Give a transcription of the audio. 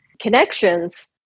connections